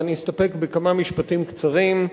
ואני אסתפק בכמה משפטים קצרים.